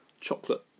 chocolate